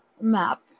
map